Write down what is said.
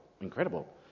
incredible